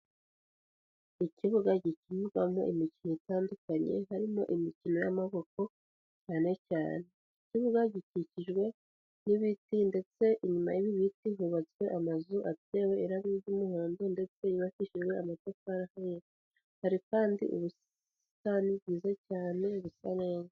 Ikibuga gikinirwamo imikino itandukanye, harimo imikino y'amaboko, cyane cyane. Ikibuga gikikijwe n'ibiti, ndetse inyuma y'ibi biti hubatswe amazu atewe irangi ry'umuhondo, ndetse yubakishijwe amatafari ahiye, hari kandi ubusitani bwiza cyane busa neza.